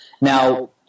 Now